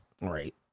right